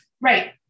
Right